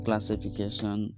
Classification